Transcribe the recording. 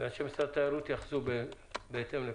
ואנשי משרד התיירות יתייחסו בהתאם לכך.